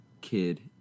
kid